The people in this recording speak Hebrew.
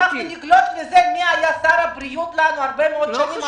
אנחנו נגלוש למי היה שר הבריאות הרבה מאוד שנים?